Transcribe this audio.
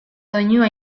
doinua